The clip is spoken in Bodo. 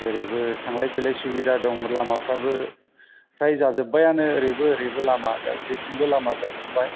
जेरैबो थांलाय फैलाय सुबिदा दं लामाफ्राबो फ्राय जाजोब्बायानो ओरैबो ओरैबो लामा जेथिंबो लामा जाजोबबाय